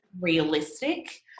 realistic